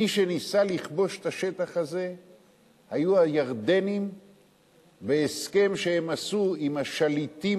מי שניסה לכבוש את השטח הזה היו הירדנים בהסכם שהם עשו עם השליטים